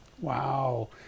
Wow